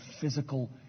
physical